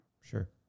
Sure